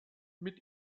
mit